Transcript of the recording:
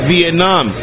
Vietnam